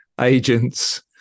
agents